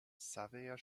xaver